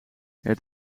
het